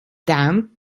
dammed